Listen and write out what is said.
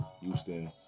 houston